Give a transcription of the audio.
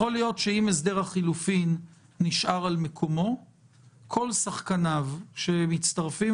יכול להיות שאם הסדר החילופים נשאר על מקומו כל שחקניו שמצטרפים